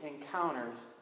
encounters